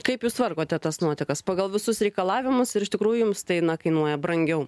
kaip jūs tvarkote tas nuotekas pagal visus reikalavimus ir iš tikrųjų jums tai na kainuoja brangiau